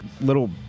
little